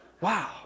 Wow